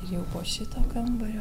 jau po šito kambario